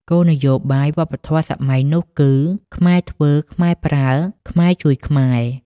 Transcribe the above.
គោលនយោបាយវប្បធម៌សម័យនោះគឺ "ខ្មែរធ្វើ ខ្មែរប្រើ ខ្មែរជួយខ្មែរ"។